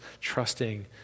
trusting